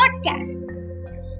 podcast